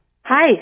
Hi